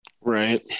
Right